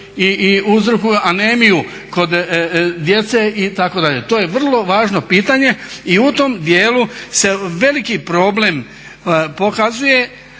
i uzrokuju anemiju kod djece itd…. To je vrlo važno pitanje i u tom dijelu se veliki problem pokazuje.